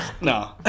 no